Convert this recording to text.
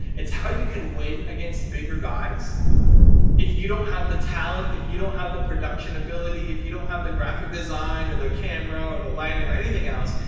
it's how you can win against bigger guys if you don't have the talent, if you don't have the production ability, if you don't have the graphic design or the camera or the lighting or anything else.